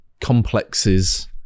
complexes